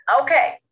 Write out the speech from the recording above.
okay